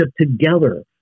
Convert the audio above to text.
together